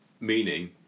Meaning